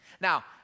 Now